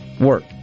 work